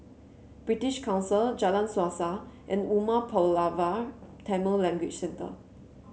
British Council Jalan Suasa and Umar Pulavar Tamil Language Centre